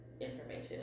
information